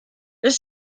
their